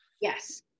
Yes